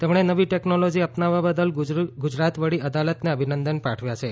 તેમણે નવી ટેકનોલોજી અપનાવવા બદલ ગુજરાત વડી અદાલતને અભિનંદન પાઠવ્યા છે